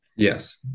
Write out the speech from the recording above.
Yes